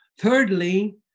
Thirdly